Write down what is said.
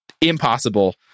impossible